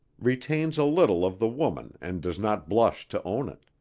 retains a little of the woman and does not blush to own it.